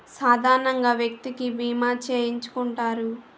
సాధారణంగా వ్యక్తికి బీమా చేయించుకుంటారు